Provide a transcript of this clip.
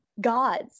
gods